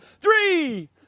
three